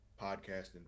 podcasting